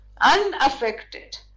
unaffected